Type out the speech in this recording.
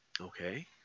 Okay